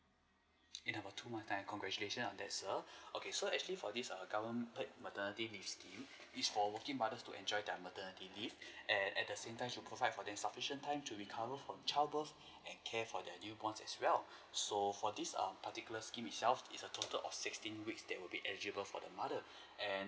in another two month time congratulation on that sir okay so actually for this err government paid maternity leave scheme is for working mothers to enjoy their maternity leaves and at the same time to provide for them sufficient time to recover from child birth and care for their new born as well so for this um particular scheme itself it's a total of sixteen weeks that would be eligible for the mother and